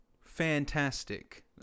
fantastic